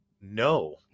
no